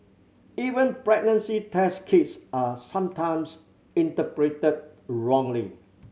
even pregnancy test kits are sometimes interpreted wrongly